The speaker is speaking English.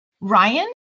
Ryan